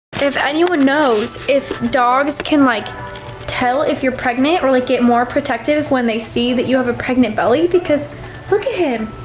if anyone knows if dogs can like tell if you're pregnant or like get more protective when they see that you have a pregnant belly because look at him.